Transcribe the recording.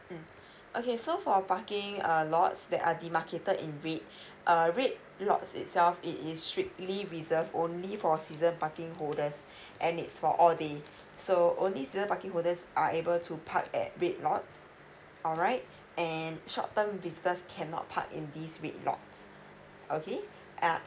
mm okay so for parking uh lots they are demarcated in red err red lots itself it is strictly reserved only for season parking holders and it's for all day so only season parking holders are able to park at red lots alright and short term visitors cannot park in these red lots okay ah